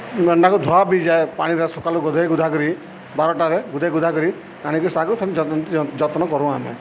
ମେଣ୍ଢାକୁ ଧୁଆ ବି ଯାଏ ପାଣିରେ ସକାଳୁ ଗୋଧେଇ ଗୋଧା କରି ବାରଟାରେ ଗୁଧେଇ ଗୁଧା କରି ଆଣିକି ତାକୁ ଫେର୍ ଯତ୍ନ କରୁ ଆମେ